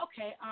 Okay